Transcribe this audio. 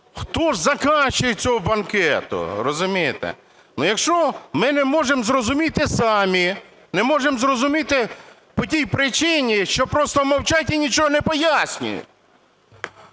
хто ж заказчик цього банкету, розумієте. Якщо ми не можемо зрозуміти самі, не можемо зрозуміти по тій причині, що просто мовчать і нічого не пояснюють,